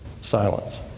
silence